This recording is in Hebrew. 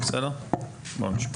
בואו נשמע.